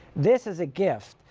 this is a gift.